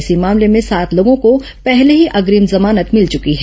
इसी मामले में सात लोगों को पहले ही अग्रिम जमानत मिल चुकी है